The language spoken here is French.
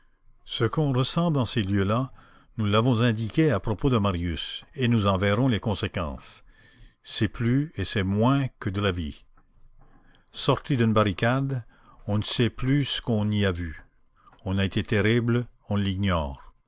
ce qu'on ressent dans ces lieux-là nous l'avons indiqué à propos de marius et nous en verrons les conséquences c'est plus et c'est moins que de la vie sorti d'une barricade on ne sait plus ce qu'on y a vu on a été terrible on l'ignore